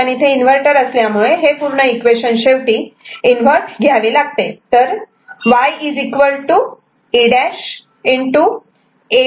पण इथे इन्व्हर्टर असल्यामुळे हे पूर्ण इक्वेशन शेवटी इन्व्हर्ट घ्यावे लागते